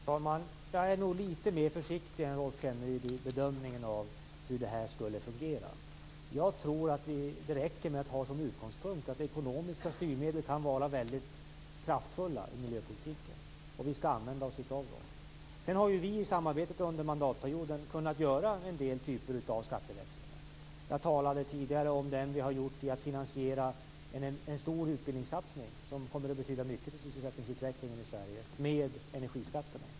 Fru talman! Jag är nog litet mer försiktig än Rolf Kenneryd i bedömning av hur det skall fungera. Jag tror att det räcker med att ha som utgångspunkt att ekonomiska styrmedel kan vara kraftfulla i miljöpolitiken. Vi skall använda oss av dem. I samarbetet under mandatperioden har vi kunnat göra en del skatteväxlingar. Jag talade tidigare om att finansiera en stor utbildningssatsning med hjälp av energiskatterna, som kommer att betyda mycket för utvecklingen av sysselsättningen i Sverige.